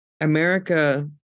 America